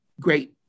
great